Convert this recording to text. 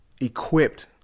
equipped